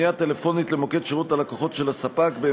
בפנייה טלפונית למוקד שירות הלקוחות של הספק, ג.